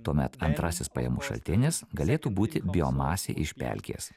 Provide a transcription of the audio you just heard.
tuomet antrasis pajamų šaltinis galėtų būti biomasė iš pelkės